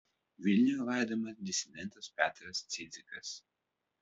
vilniuje laidojamas disidentas petras cidzikas